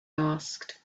asked